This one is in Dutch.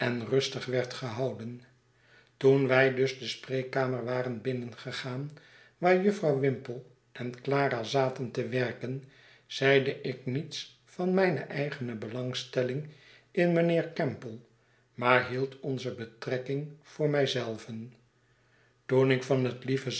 rustig werd gehouden toen wij dus de spreekkamer waren binnengegaan waar jufvrouw whimple en clara zaten te werken zeide ik niets van mijne eigene belangstelling in mijnheer campbell maar hield onze betrekking voor mij zelven toen ik van het lieve